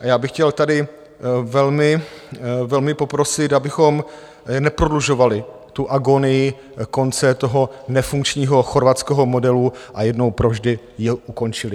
A já bych chtěl tady velmi, velmi poprosit, abychom neprodlužovali tu agonii konce toho nefunkčního chorvatského modelu a jednou provždy ji ukončili.